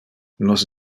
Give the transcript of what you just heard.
nos